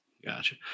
Gotcha